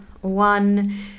one